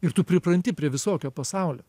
ir tu pripranti prie visokio pasaulio